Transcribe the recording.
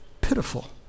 pitiful